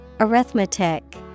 arithmetic